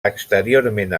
exteriorment